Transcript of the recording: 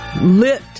lit